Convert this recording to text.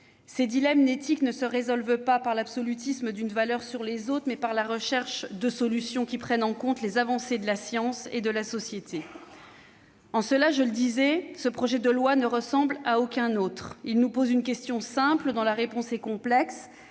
Ces dilemmes éthiques se résolvent non par l'absolutisme d'une valeur sur les autres, mais par la recherche de solutions qui prennent en compte les avancées de la science et de la société. En cela, je le disais, ce projet de loi ne ressemble à aucun autre. Il pose une question simple dont la réponse est complexe